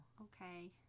Okay